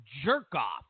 jerk-off